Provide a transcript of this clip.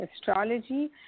astrology